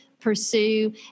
pursue